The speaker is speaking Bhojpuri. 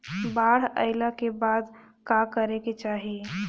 बाढ़ आइला के बाद का करे के चाही?